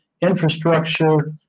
infrastructure